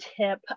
tip